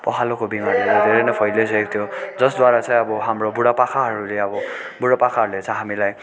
पखालाको बिमारीहरू धेरै नै फैलिसकेको थियो जसद्वारा चाहिँ अब हाम्रो बुढा पाकाहरूले अब बुढा पाकाहरूले चाहिँ हामीलाई